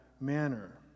manner